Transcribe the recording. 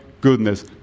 goodness